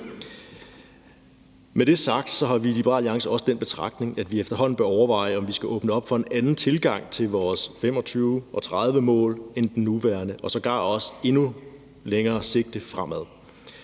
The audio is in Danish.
Med det sagt har vi i Liberal Alliance også den betragtning, at vi efterhånden bør overveje, om vi skal åbne op for en anden tilgang til vores 2025- og 2030-mål end den nuværende og sågar også med et endnu længere sigte fremad.